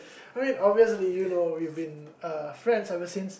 I mean obviously you know we've been uh friends ever since